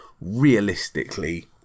realistically